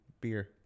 beer